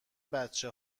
بچه